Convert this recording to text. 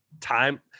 time